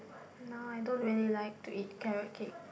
now I don't really like to eat carrot cake